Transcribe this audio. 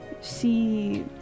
See